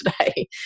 today